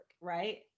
right